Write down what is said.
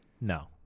no